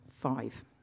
five